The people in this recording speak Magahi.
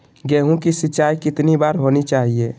गेहु की सिंचाई कितनी बार होनी चाहिए?